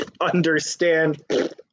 understand